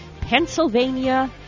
Pennsylvania